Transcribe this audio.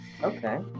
okay